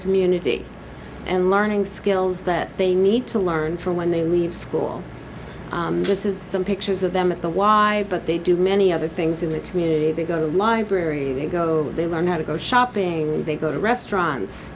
community and learning skills that they need to learn from when they leave school this is some pictures of them at the y but they do many other things in that community to go to a library go they learn how to go shopping they go to restaurants